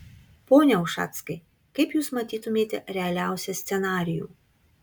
pone ušackai kaip jūs matytumėte realiausią scenarijų